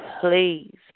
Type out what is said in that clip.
please